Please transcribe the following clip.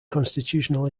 constitutional